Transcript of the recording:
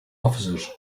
officers